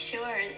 Sure